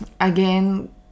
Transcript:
again